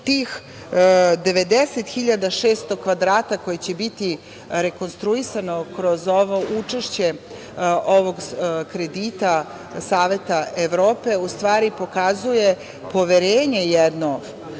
Tih 90.600 kvadrata, koji će biti rekonstruisani kroz učešće ovog kredita Saveta Evrope, u stvari, pokazuje jedno